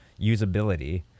usability